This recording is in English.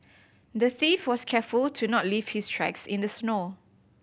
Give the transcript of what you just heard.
the thief was careful to not leave his tracks in the snow